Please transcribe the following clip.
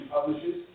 publishes